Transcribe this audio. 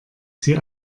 sie